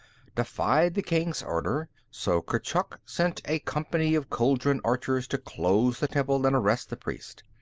defied the king's order, so kurchuk sent a company of chuldun archers to close the temple and arrest the priests.